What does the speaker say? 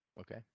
Okay